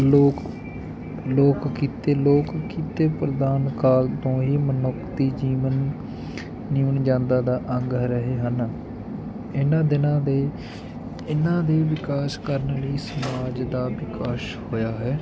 ਲੋਕ ਲੋਕ ਕਿੱਤੇ ਲੋਕ ਕਿੱਤੇ ਪ੍ਰਧਾਨ ਕਾਲ ਤੋਂ ਹੀ ਮਨੁਖਤੀ ਜੀਵਨ ਜੀਵਨ ਜਾਂਦਾ ਦਾ ਅੰਗ ਰਹੇ ਹਨ ਇਹਨਾਂ ਦਿਨਾਂ ਦੇ ਇਹਨਾਂ ਦੇ ਵਿਕਾਸ ਕਰਨ ਲਈ ਸਮਾਜ ਦਾ ਵਿਕਾਸ ਹੋਇਆ ਹੈ